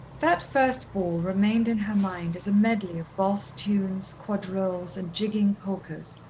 that first ball remained in her mind as a medley of valse tunes, quadrilles and jigging polkas,